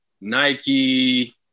Nike